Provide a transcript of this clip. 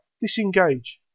disengage